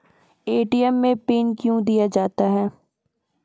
ATM मे pin कयो दिया जाता हैं?